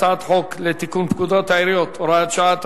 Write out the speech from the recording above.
הצעת חוק לתיקון פקודת העיריות (הוראת שעה),